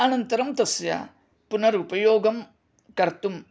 अनन्तरं तस्य पुनरुपयोगं कर्तुं